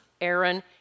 Aaron